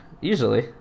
usually